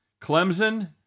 Clemson